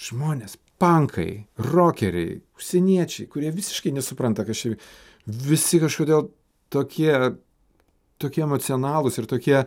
žmonės pankai rokeriai užsieniečiai kurie visiškai nesupranta kas čia vy visi kažkodėl tokie tokie emocionalūs ir tokie